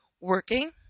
Working